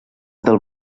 del